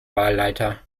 wahlleiter